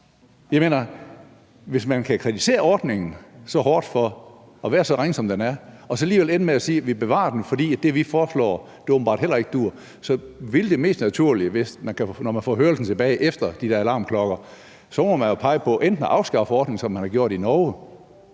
Man kritiserer ordningen så hårdt for at være så ringe, som den er, og alligevel ender man med at sige, at den skal bevares, fordi det, vi foreslår, åbenbart heller ikke duer. Når man får hørelsen tilbage efter de der alarmklokker, må man jo pege på f.eks. at afskaffe ordningen, som man har gjort i Norge.